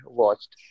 watched